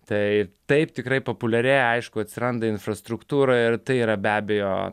tai taip tikrai populiarėja aišku atsiranda infrastruktūra ir tai yra be abejo